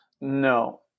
No